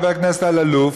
חבר הכנסת אלאלוף,